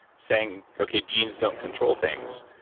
saying okay, genes don't control things